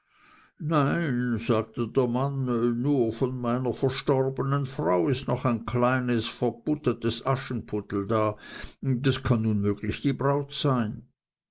nein sagte der mann nur von meiner verstorbenen frau ist noch ein kleines verbuttetes aschenputtel da das kann unmöglich die braut sein